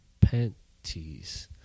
panties